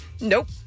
Nope